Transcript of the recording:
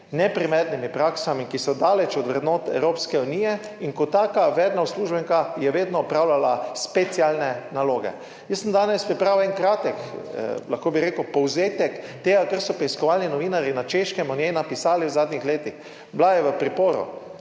neprimernimi praksami, ki so daleč od vrednot Evropske unije in kot taka vedno uslužbenka je vedno opravljala specialne naloge. Jaz sem danes pripravil en kratek lahko bi rekel povzetek tega, kar so preiskovalni novinarji na Češkem o njej napisali v zadnjih letih. Bila je v priporu,